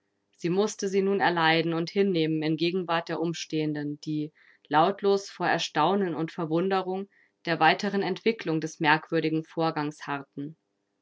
sie mußte sie nun erleiden und hinnehmen in gegenwart der umstehenden die lautlos vor erstaunen und verwunderung der weiteren entwickelung des merkwürdigen vorgangs harrten